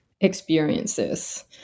experiences